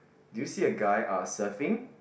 do you see a guy are surfing